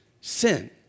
sin